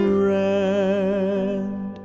Friend